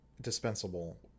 dispensable